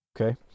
Okay